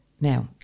Now